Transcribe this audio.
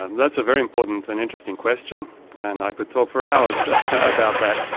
and that's a very important and interesting question and i could talk for hours about that.